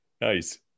Nice